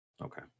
Okay